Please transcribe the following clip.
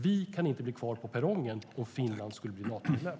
Vi kan inte bli kvar på perrongen om Finland skulle bli Natomedlem.